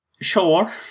Sure